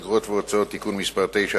אגרות והוצאות (תיקון מס' 9),